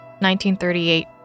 1938